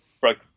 broke